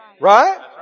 Right